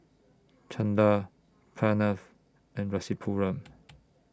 Chanda Pranav and Rasipuram